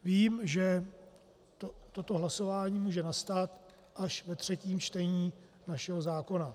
Vím, že toto hlasování může nastat až ve třetím čtení našeho zákona.